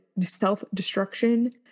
self-destruction